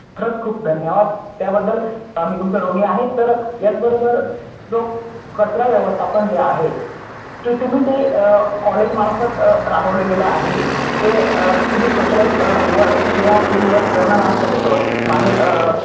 खरंच खूप धन्यवाद त्याबद्दल मी तुमचं ऋणी आहे तर याचबरोबर जो कचरा व्यवस्थापन जे आहे ते तुम्ही ते कॉलेजमार्फत राबवलं गेलं आहे ते तुम्ही सोशलाइज वर्क किंवा फील्ड वर्क करणार आहात का त्याच्यावर बाहेर